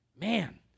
Man